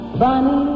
Bunny